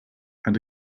and